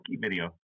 video